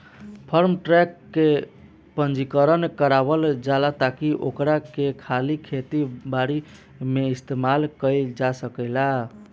form truck के पंजीकरण करावल जाला ताकि ओकरा के खाली खेती बारी में इस्तेमाल कईल जा सकेला